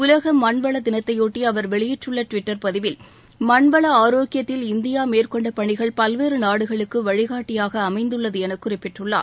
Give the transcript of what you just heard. உலக மண்வள தினத்தையொட்டி அவர் வெளியிட்டுள்ள டுவிட்டர் பதிவில் மண்வள ஆரோக்கியத்தில் இந்தியா மேற்கொண்ட பணிகள் பல்வேறு நாடுகளுக்கு வழிகாட்டியாக அமைந்துள்ளது என குறிப்பிட்டுள்ளார்